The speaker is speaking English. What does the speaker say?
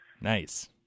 Nice